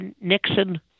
Nixon